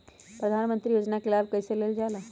प्रधानमंत्री योजना कि लाभ कइसे लेलजाला?